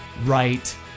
right